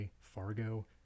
Fargo